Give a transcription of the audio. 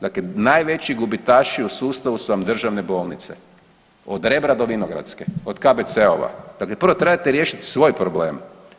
Dakle, najveći gubitaši u sustavu su vam državne bolnice od Rebra do Vinogradske, od KBC-ova, dakle prvo trebate riješiti svoj problem.